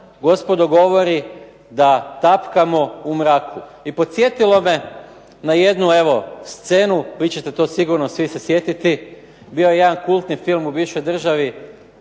gospodo govori da tapkamo u mraku i podsjetilo me na jednu scenu, vi ćete se sigurno svi se sjetiti, bio je jedan kultni film u bivšoj državi